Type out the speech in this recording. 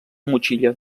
motxilla